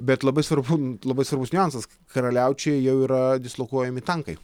bet labai svarbu labai svarbus niuansas karaliaučiuje jau yra dislokuojami tankai